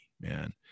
man